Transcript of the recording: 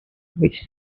which